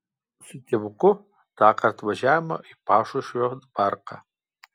su tėvuku tąkart važiavome į pašušvio parką